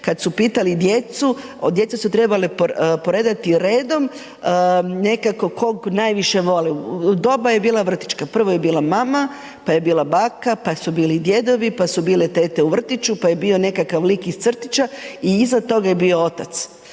kad su pitali djecu, djeca su trebala poredati redom nekog kog najviše vole. Doba je bila vrtićka, prvo je bila mama, pa je bila baka pa su bili djedovi, pa su bile tete u vrtiću, pa je bio nekakav lik iz crtića i iza toga je bio otac